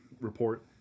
report